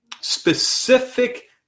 specific